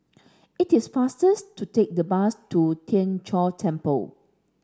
it is faster to take the bus to Tien Chor Temple